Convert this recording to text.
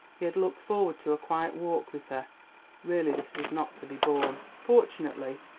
he had looked forward to a quiet walk with her really this was not to be borne. fortunately,